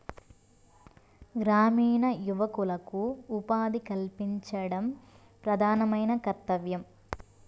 గ్రామీణ యువకులకు ఉపాధి కల్పించడం ప్రధానమైన కర్తవ్యం